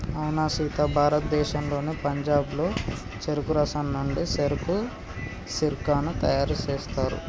అవునా సీత భారతదేశంలోని పంజాబ్లో చెరుకు రసం నుండి సెరకు సిర్కాను తయారు సేస్తారు